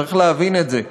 צריך להבין את זה,